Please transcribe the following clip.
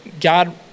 God